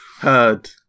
heard